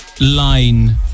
line